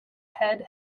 head